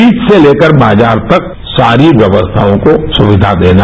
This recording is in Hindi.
बीज से लेकर बाजार तक सारी व्यवस्थाओं को सुविधा देना